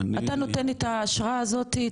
אתה נותן את האשרה הזאתי,